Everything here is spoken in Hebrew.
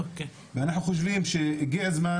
אנחנו חושבים שהגיע הזמן,